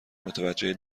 متوجه